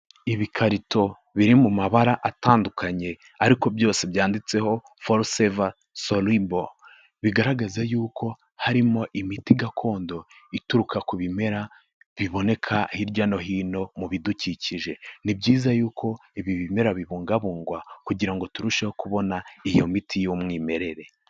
ibikarito biri mu mabara atandukanye ariko byose byanditseho foriseva soribo, bigaragaza yuko harimo imiti gakondo ituruka ku bimera biboneka hirya no hino mu bidukikije, ni byiza yuko ibi bimera bibungabungwa kugirango turusheho kubona iyo miti y'umwimerere.